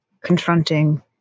confronting